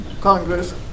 Congress